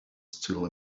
still